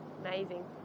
Amazing